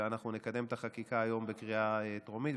אנחנו נקדם את החקיקה היום בקריאה טרומית,